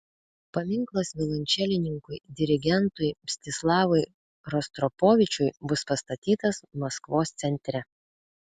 paminklas violončelininkui dirigentui mstislavui rostropovičiui bus pastatytas maskvos centre